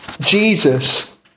Jesus